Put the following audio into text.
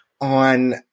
on